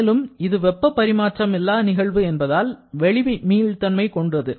மேலும் இது வெப்ப பரிமாற்ற நிகழ்வு என்பதால் வெளிமீள்தன்மை கொண்டது